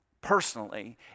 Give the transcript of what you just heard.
personally